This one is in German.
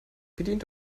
bedient